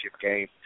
game